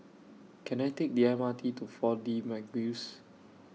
Can I Take The M R T to four D Magix